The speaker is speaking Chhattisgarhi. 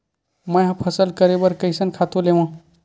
मैं ह फसल करे बर कइसन खातु लेवां?